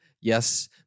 Yes